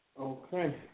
Okay